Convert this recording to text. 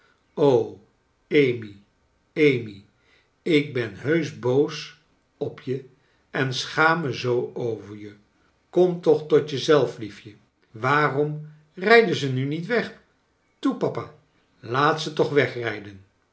amy amy ik ben heusch boos op je en schaam me zoo over je kom toch tot je zelf lief je i waarom rijden ze nu niet weg toe papa laat ze toch